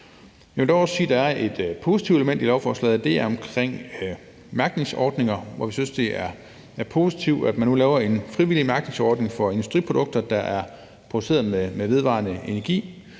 Jeg vil dog sige, at der er et positivt element i lovforslaget, og det er omkring mærkningsordninger, hvor vi synes, det er positivt, at man nu laver en frivillig mærkningsordning for industriprodukter, der er produceret med vedvarende energi.